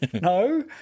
No